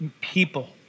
people